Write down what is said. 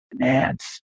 finance